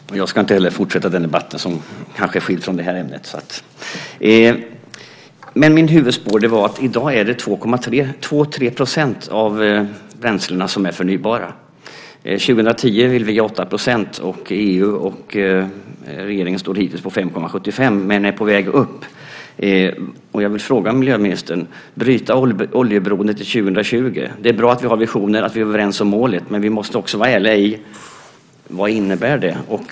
Herr talman! Jag ska inte heller fortsätta den debatten som kanske är skild från det här ämnet. Mitt huvudspår var att det i dag är 2-3 % av bränslena som är förnybara. 2010 vill vi ha 8 %. EU och regeringen står hittills på 5,75 men är på väg upp. Jag vill fråga miljöministern: När det gäller att bryta oljeberoendet till 2020 är det bra att vi har visioner och att vi är överens om målet, men vi måste också vara ärliga med vad det innebär.